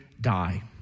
die